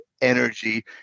energy